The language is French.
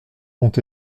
ont